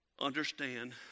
understand